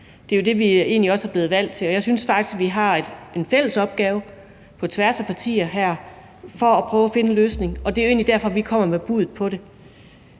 Det er jo det, vi egentlig også er blevet valgt til, og jeg synes faktisk, at vi har en fælles opgave på tværs af partierne her med at prøve at finde en løsning, og det er jo egentlig derfor, vi kommer med et bud på det.